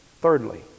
Thirdly